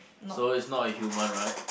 so is not a human right